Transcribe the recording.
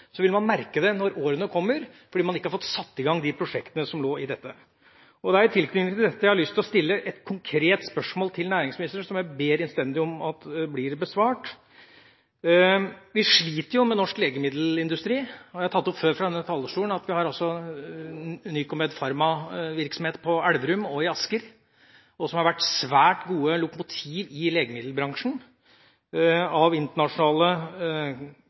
vil man merke det i årene som kommer, fordi man ikke har fått satt i gang de prosjektene som lå i dette. Det er i tilknytning til dette jeg har lyst til å stille et konkret spørsmål til næringsministeren, som jeg innstendig ber om at blir besvart. Vi sliter med norsk legemiddelindustri. Jeg har tatt opp før fra denne talerstolen at vi har Nycomed Pharma-virksomhet på Elverum og i Asker, som har vært svært gode lokomotiv i legemiddelbransjen. Av internasjonale